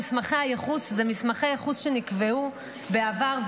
מסמכי הייחוס זה מסמכי ייחוס שנקבעו בעבר,